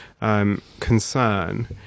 concern